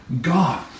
God